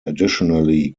additionally